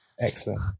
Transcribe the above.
Excellent